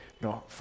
No